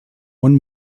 one